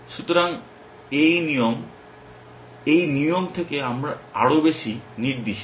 সুতরাং এই নিয়ম এই নিয়ম থেকে আরো বেশি নির্দিষ্ট